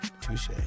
Touche